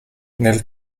nel